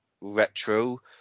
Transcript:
retro